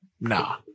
Nah